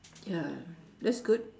ya that's good